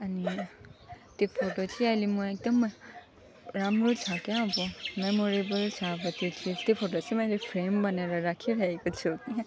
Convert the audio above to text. अनि त्यो फोटो चाहिँ आहिले म एकदम राम्रो छ क्या अब मेरोरेबल छ अब त्यो चाहिँ त्यो फोटो चाहिँ मैले फ्रेम बनाएर राखिराखेको छु